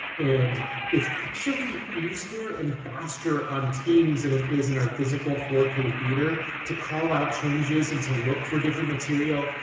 and it's actually easier and faster on teams and than it is in our physical four k theater to call out changes, and to look for different material,